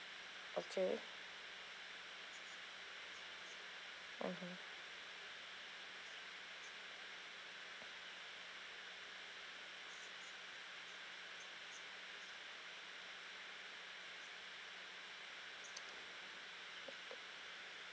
okay mmhmm